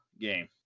game